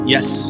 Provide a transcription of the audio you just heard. Yes